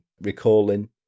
recalling